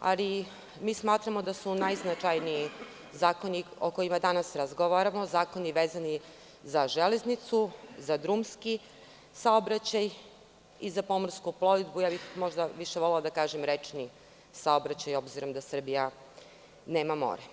ali mi smatramo da su najznačajniji zakoni o kojima danas razgovaramo zakoni vezani za Železnicu, za drumski saobraćaj i za pomorsku plovidbu, a više bih volela da kažem rečni saobraćaj obzirom da Srbija nema more.